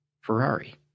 Ferrari